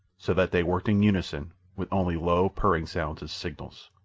so that they worked in unison, with only low, purring sounds as signals.